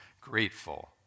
Grateful